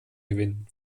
gewinnen